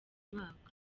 mwaka